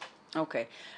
אוקיי.